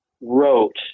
wrote